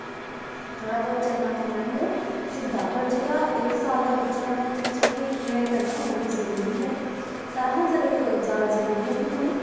थोह्ड़ा बहुत चलना फिरना बी ओह् सिखदा पर जेह्का इक साल दा बच्चा होंदा उसदी जेह्की ऐ केयर करना बड़ी जरूरी ऐ सारैं कशा जादा जरूरी ऐ कि नुआढ़े